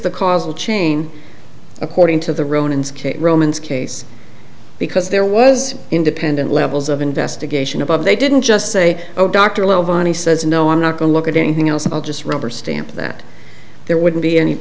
the causal chain according to the ronin skate romans case because there was independent levels of investigation above they didn't just say oh dr levy says no i'm not going to look at anything else i'll just rubber stamp that there wouldn't be any